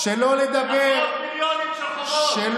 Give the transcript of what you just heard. עשרות מיליונים של חובות לליכוד.